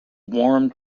warm